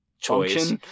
choice